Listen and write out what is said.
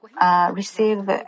receive